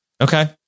Okay